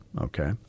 Okay